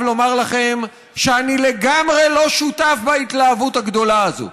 לומר לכם שאני לגמרי לא שותף להתלהבות הגדולה הזו.